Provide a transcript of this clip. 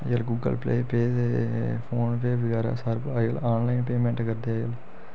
अज्जकल Google play pay ते PhonePe बगैरा सारे कोल अज्जकल आनलाइन पेमैंट करदे